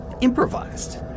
improvised